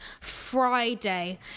Friday